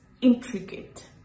intricate